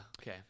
okay